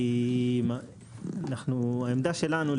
העמדה שלנו,